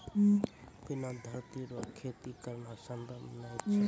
बिना धरती रो खेती करना संभव नै छै